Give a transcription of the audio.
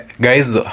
guys